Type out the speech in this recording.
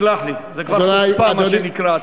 תסלח לי, זה כבר חוצפה, מה שנקרא.